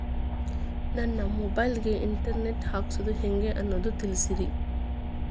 ನನ್ನ ಮೊಬೈಲ್ ಗೆ internet ಹಾಕ್ಸೋದು ಹೆಂಗ್ ಅನ್ನೋದು ತಿಳಸ್ರಿ